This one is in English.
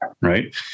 right